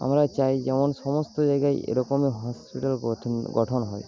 আমরা চাই যেন সমস্ত জায়গায় এরকম হসপিটাল গঠন হয়